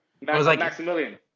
Maximilian